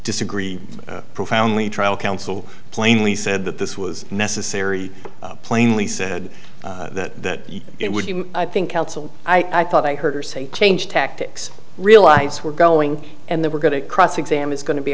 disagree profoundly tribal council plainly said that this was necessary plainly said that it would be i think i thought i heard her say change tactics realize we're going and that we're going to cross examine is going to be